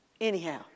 Anyhow